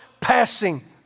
passing